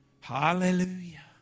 Hallelujah